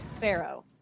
Pharaoh